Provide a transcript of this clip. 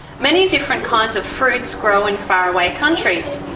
many different kinds of fruits grow in faraway countries.